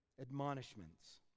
admonishments